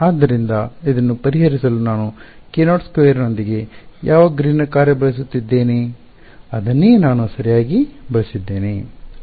ಆದ್ದರಿಂದ ಇದನ್ನು ಪರಿಹರಿಸಲು ನಾನು k02 ನೊಂದಿಗೆ ಯಾವ ಗ್ರೀನ್ನ ಕಾರ್ಯವನ್ನು ಬಳಸುತ್ತಿದ್ದೇನೆ ಅದನ್ನೇ ನಾನು ಸರಿಯಾಗಿ ಬಳಸಿದ್ದೇನೆ